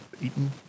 eaten